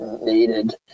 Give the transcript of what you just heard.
needed